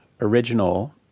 original